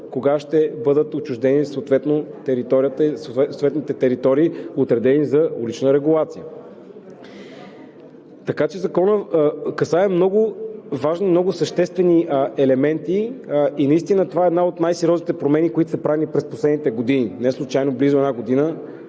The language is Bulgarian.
кога ще бъдат отчуждени съответните територии, отредени за улична регулация. Така че Законът касае много важни, много съществени елементи и наистина това е една от най-сериозните промени, които са правени през последните години. Неслучайно близо една година